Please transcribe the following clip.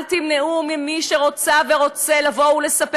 אל תמנעו ממי שרוצָה ורוצֶה לבוא ולספר